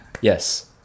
yes